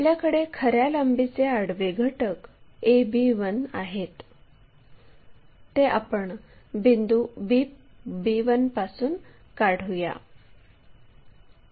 आपल्याकडे खर्या लांबीचे आडवे घटक ab1 आहेत ते आपण बिंदू b1 पासून काढूया